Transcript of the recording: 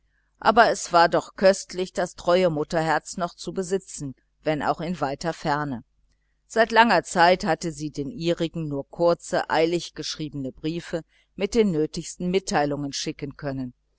aber es war doch köstlich das treue mutterherz noch zu besitzen wenn auch in weiter ferne seit langer zeit hatte sie den ihrigen nur kurze eilig geschriebene briefe mit den nötigsten mitteilungen schicken können